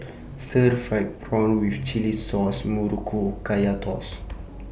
Stir Fried Prawn with Chili Sauce Muruku and Kaya Toast